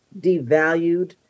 devalued